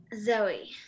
Zoe